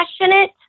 passionate